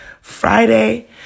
Friday